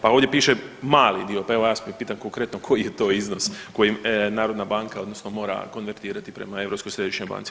Pa ovdje piše mali dio, pa evo, ja vas pitam konkretno, koji je to iznos kojim Narodna banka odnosno mora konvertirati prema Europskoj središnjoj banci?